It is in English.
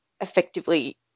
effectively